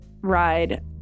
ride